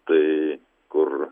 tai kur